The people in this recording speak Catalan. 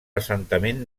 assentament